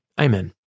Amen